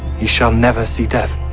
he shall never see death.